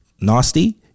nasty